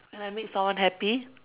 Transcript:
when I made someone happy